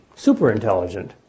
Super-intelligent